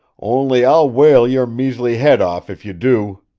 only i'll whale your measly head off if you do!